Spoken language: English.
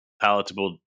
palatable